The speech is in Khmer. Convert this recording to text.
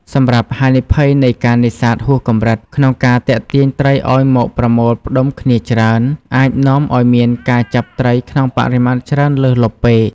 សម្រាប់ហានិភ័យនៃការនេសាទហួសកម្រិត ក្នុងការទាក់ទាញត្រីឱ្យមកប្រមូលផ្តុំគ្នាច្រើន អាចនាំឱ្យមានការចាប់ត្រីក្នុងបរិមាណច្រើនលើសលប់ពេក។